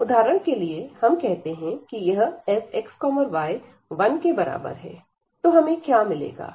उदाहरण के लिए हम कहते हैं कि यह fxy1 के बराबर है तो हमें क्या मिलेगा